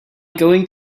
going